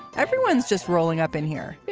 everyone's just rolling up in here.